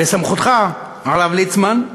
בסמכותך, הרב ליצמן,